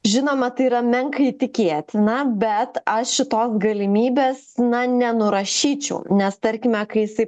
žinoma tai yra menkai tikėtina bet aš šitos galimybės na nenurašyčiau nes tarkime kai jisai